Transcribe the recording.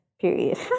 period